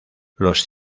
los